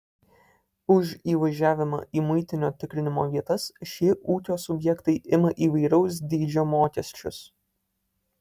už įvažiavimą į muitinio tikrinimo vietas šie ūkio subjektai ima įvairaus dydžio mokesčius